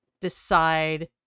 decide